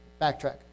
backtrack